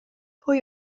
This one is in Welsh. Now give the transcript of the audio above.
pwy